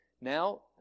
now